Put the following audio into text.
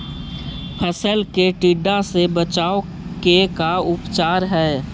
फ़सल के टिड्डा से बचाव के का उपचार है?